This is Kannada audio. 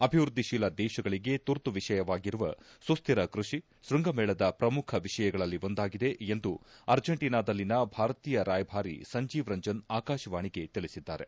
ಅಭಿವೃದ್ಧಿಶೀಲ ದೇಶಗಳಿಗೆ ತುರ್ತು ವಿಷಯವಾಗಿರುವ ಸುಸ್ಥಿರ ಕೃಷಿ ಶೃಂಗಮೇಳದ ಪ್ರಮುಖ ವಿಷಯಗಳಲ್ಲಿ ಒಂದಾಗಿದೆ ಎಂದು ಅರ್ಜೆಂಟೀನಾದಲ್ಲಿನ ಭಾರತೀಯ ರಾಯಭಾರಿ ಸಂಜೀವ್ ರಂಜನ್ ಆಕಾಶವಾಣಿಗೆ ತಿಳಿಸಿದ್ದಾರೆ